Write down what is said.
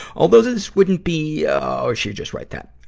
although this wouldn't be oh, she just write that.